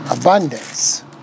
Abundance